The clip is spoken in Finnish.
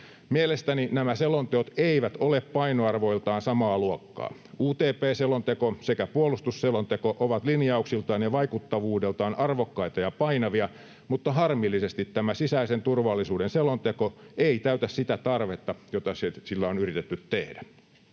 Mielestäni nämä selonteot eivät ole painoarvoiltaan samaa luokkaa. UTP-selonteko sekä puolustusselonteko ovat linjauksiltaan ja vaikuttavuudeltaan arvokkaita ja painavia, mutta harmillisesti tämä sisäisen turvallisuuden selonteko ei täytä sitä tarvetta, jota sillä on yritetty tehdä.